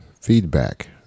feedback